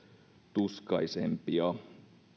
tuskaisempia